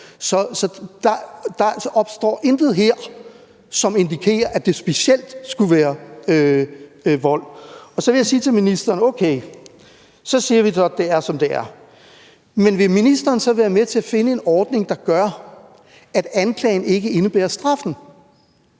Så der opstår intet her, som indikerer, at det specielt skulle være vold. Så vil jeg sige til ministeren: Okay, vi siger, at det er, som det er, men vil ministeren så være med til at finde en ordning, der gør, at anklagen ikke indebærer straffen?